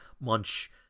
Munch